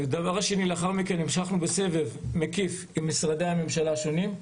לאחר מכן המשכנו בסבב מקיף עם משרדי הממשלה השונים.